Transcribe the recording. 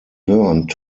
learned